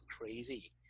crazy